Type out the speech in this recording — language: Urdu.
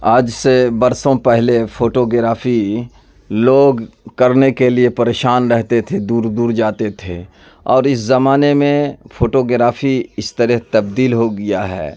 آج سے برسوں پہلے فوٹوگرافی لوگ کرنے کے لیے پریشان رہتے تھے دور دور جاتے تھے اور اس زمانے میں فوٹوگرافی اس طرح تبدیل ہو گیا ہے